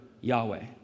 yahweh